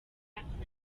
amahano